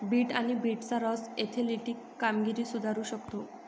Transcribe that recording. bit आणि बीटचा रस ऍथलेटिक कामगिरी सुधारू शकतो